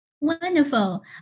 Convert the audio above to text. Wonderful